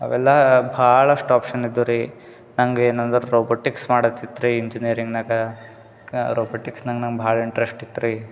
ಅವೆಲ್ಲ ಭಾಳಷ್ಟು ಆಪ್ಷನ್ ಇದ್ವು ರೀ ನಂಗೆ ಏನಂದ್ರೆ ರೊಬೊಟಿಕ್ಸ್ ಮಾಡತಿತ್ರಿ ಇಂಜಿನಿಯರಿಂಗ್ನಾಗ ರೊಬೊಟಿಕ್ಸ್ನಾಗೆ ನಂಗೆ ಭಾಳ್ ಇಂಟ್ರಸ್ಟಿತ್ರಿ